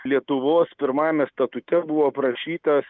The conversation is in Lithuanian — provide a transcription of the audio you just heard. lietuvos pirmajame statute buvo aprašytas